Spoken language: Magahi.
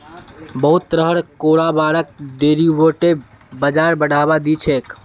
बहुत तरहर कारोबारक डेरिवेटिव बाजार बढ़ावा दी छेक